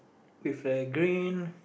with the green